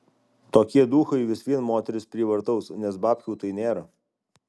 tokie duchai vis vien moteris prievartaus nes babkių tai nėra